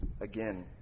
Again